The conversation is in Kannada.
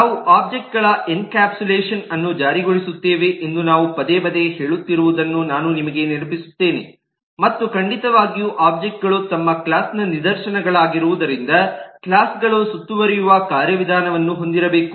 ನಾವು ಒಬ್ಜೆಕ್ಟ್ ಗಳ ಎನ್ಕ್ಯಾಪ್ಸುಲೇಷನ್ ಅನ್ನು ಜಾರಿಗೊಳಿಸುತ್ತೇವೆ ಎಂದು ನಾವು ಪದೇ ಪದೇ ಹೇಳುತ್ತಿರುವುದನ್ನು ನಾನು ನಿಮಗೆ ನೆನಪಿಸುತ್ತೇನೆ ಮತ್ತು ಖಂಡಿತವಾಗಿಯೂ ಒಬ್ಜೆಕ್ಟ್ ಗಳು ತಮ್ಮ ಕ್ಲಾಸ್ ನ ನಿದರ್ಶನಗಳಾಗಿರುವುದರಿಂದ ಕ್ಲಾಸ್ ಗಳು ಸುತ್ತುವರಿಯುವ ಕಾರ್ಯವಿಧಾನವನ್ನು ಹೊಂದಿರಬೇಕು